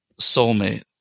soulmate